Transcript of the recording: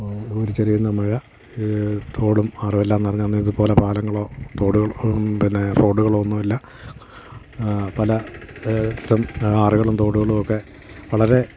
കോരിച്ചൊരിയുന്ന മഴ തോടും ആറുമെല്ലാം നിറഞ്ഞ് അന്ന് ഇതുപോലെ പാലങ്ങളോ തോടുകളോ പിന്നെ റോഡുകളോ ഒന്നുമില്ല പല തും ആറുകളും തോടുകളും ഒക്കെ വളരെ